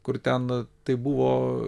kur ten tai buvo